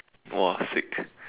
!wah! sick